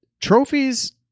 trophies